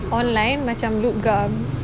online macam Loop Garms